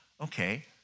Okay